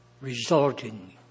resulting